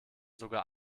sogar